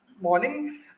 morning